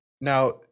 Now